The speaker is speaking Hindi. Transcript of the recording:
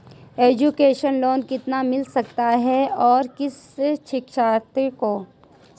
एजुकेशन लोन कितना मिल सकता है और किस शिक्षार्थी को?